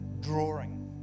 drawing